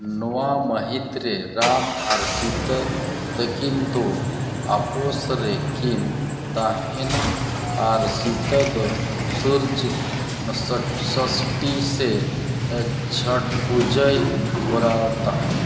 ᱱᱚᱣᱟ ᱢᱟᱹᱦᱤᱛᱨᱮ ᱨᱟᱢ ᱟᱨ ᱥᱤᱛᱟᱹ ᱛᱟᱹᱠᱤᱱ ᱫᱚ ᱟᱯᱚᱥ ᱨᱮᱠᱤᱱ ᱛᱟᱦᱮᱱᱟ ᱟᱨ ᱥᱤᱛᱟᱹᱫᱚ ᱥᱩᱨᱡᱚ ᱥᱚᱥᱴᱤ ᱥᱮ ᱪᱷᱚᱴ ᱯᱩᱡᱟᱹᱭ ᱠᱚᱨᱟᱣ ᱛᱟᱦᱮᱸᱫ